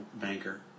banker